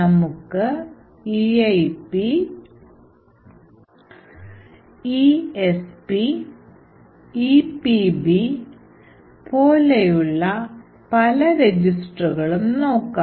നമുക്ക് EIP ESP EBP ഉം പോലെയുള്ള പല രജിസ്റ്ററുകളും നോക്കാം